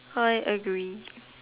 how I agree